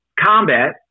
combat